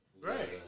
Right